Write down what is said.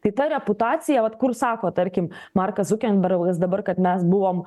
tai ta reputacija vat kur sako tarkim markas zukenbergas dabar kad mes buvom